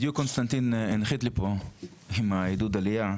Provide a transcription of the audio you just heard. בדיוק קונסטנטין הנחית לי פה עם עידוד העלייה,